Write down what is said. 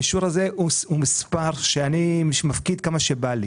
האישור הזה הוא מספר שאני מפקיד כמה שבא לי,